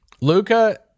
Luca